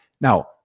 Now